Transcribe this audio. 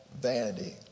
vanity